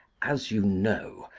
as you know,